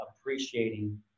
appreciating